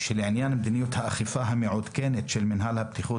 "לעניין מדיניות האכיפה המעודכנת של מינהל הבטיחות